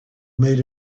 made